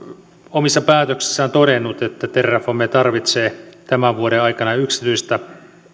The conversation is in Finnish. omissa päätöksissään todennut että terrafame tarvitsee tämän vuoden aikana yksityistä